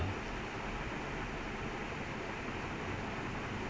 err அவன் வந்து:avan vanthu portal வந்தான்:vanthaan